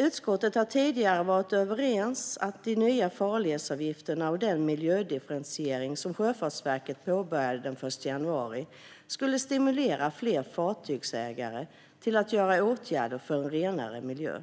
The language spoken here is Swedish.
Utskottet har tidigare varit överens om att de nya farledsavgifterna och den miljödifferentiering som Sjöfartsverket påbörjade den 1 januari skulle stimulera flera fartygsägare till att vidta åtgärder för en renare miljö.